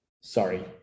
sorry